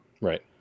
Right